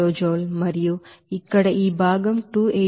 6 kilojoule మరియు ఇక్కడ ఈ భాగం 280